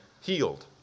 healed